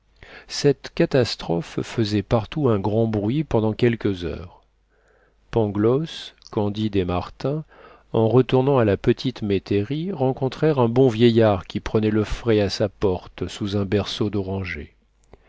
cette catastrophe fesait partout un grand bruit pendant quelques heures